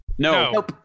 No